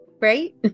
Right